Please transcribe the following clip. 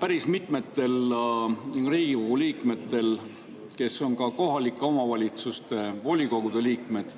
Päris mitmetel Riigikogu liikmetel, kes on ka kohalike omavalitsuste volikogude liikmed,